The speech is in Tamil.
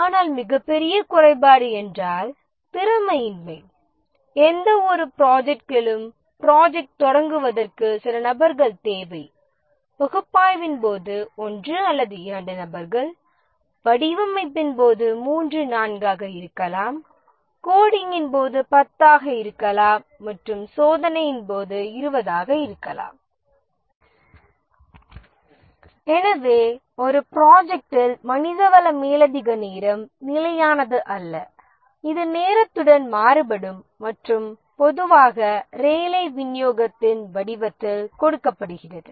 ஆனால் மிகப்பெரிய குறைபாடு என்றால் திறமையின்மை எந்தவொரு ப்ராஜெக்ட்டிலும் ப்ராஜெக்ட் தொடங்குவதற்கு சில நபர்கள்த் தேவை பகுப்பாய்வின் போது 1 அல்லது 2 நபர்கள் வடிவமைப்பின் போது 3 4 ஆக இருக்கலாம் கோடிங்கின் போது 10 ஆக இருக்கலாம் மற்றும் சோதனையின் போது 20 இருக்கலாம் எனவே ஒரு ப்ராஜெக்ட்டில் மனிதவள மேலதிக நேரம் நிலையானது அல்ல இது நேரத்துடன் மாறுபடும் மற்றும் பொதுவாக ரேலே விநியோகத்தின் வடிவத்தில் கொடுக்கப்படுகிறது